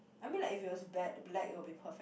I mean like if it was bla~ black it will be perfect